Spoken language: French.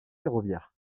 ferroviaire